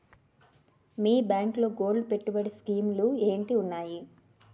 మీ బ్యాంకులో గోల్డ్ పెట్టుబడి స్కీం లు ఏంటి వున్నాయి?